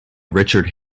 richard